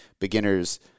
beginners